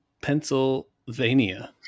Pennsylvania